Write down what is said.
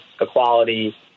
equality